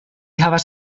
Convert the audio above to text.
havas